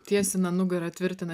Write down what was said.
tiesina nugarą tvirtina